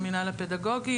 המנהל הפדגוגי,